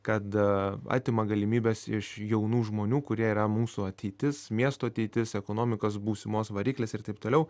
kad atima galimybes iš jaunų žmonių kurie yra mūsų ateitis miesto ateitis ekonomikos būsimos variklis ir taip toliau